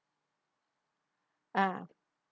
ah